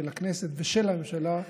של הכנסת ושל הממשלה,